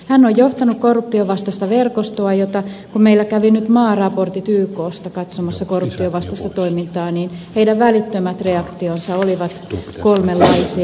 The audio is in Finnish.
hän on johtanut korruptionvastaista verkostoa ja kun meillä kävivät nyt maaraportoijat yksta katsomassa korruptionvastaista toimintaa heidän välittömät reaktionsa olivat kolmenlaisia